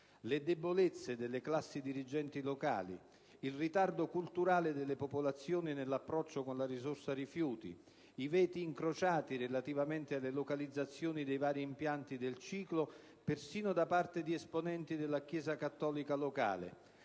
le debolezze delle classi dirigenti locali; il ritardo culturale delle popolazioni nell'approccio con la risorsa rifiuti; i veti incrociati relativamente alle localizzazioni dei vari impianti del ciclo, persino da parte di esponenti della Chiesa cattolica locale;